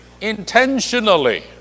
intentionally